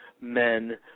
men